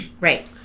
Right